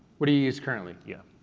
what do you uses currently? yeah.